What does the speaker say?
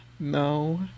no